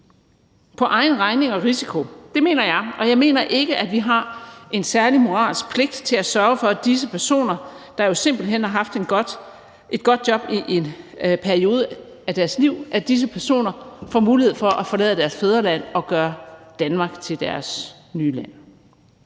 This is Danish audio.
på egen regning og risiko? Det mener jeg, og jeg mener ikke, at vi har en særlig moralsk pligt til at sørge for, at disse personer, der jo simpelt hen har haft et godt job i en periode af deres liv, får mulighed for at forlade deres fædreland og gøre Danmark til deres nye land.